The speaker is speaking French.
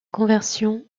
conversion